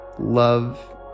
Love